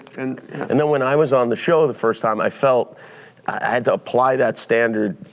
and know when i was on the show the first time i felt i had to apply that standard,